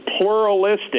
pluralistic